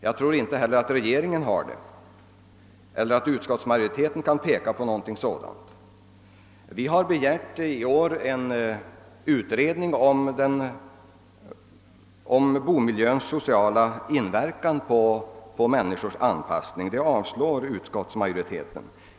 Jag tror inte att regeringen har det eller att utskottsmajoriteten kan peka på några sådana. Vi har i år begärt en utredning om boendemiljöns sociala inverkan på människors anpassning. Det förslaget avstyrker utskottsmajoriteten.